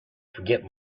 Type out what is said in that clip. forget